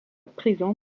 prison